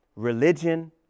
Religion